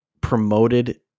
promoted